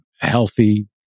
healthy